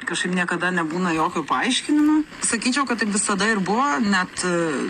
kažkaip niekada nebūna jokio paaiškinimo sakyčiau kad taip visada ir buvo net